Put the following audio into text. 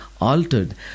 altered